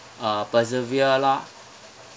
uh persevere lah